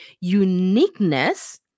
uniqueness